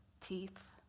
teeth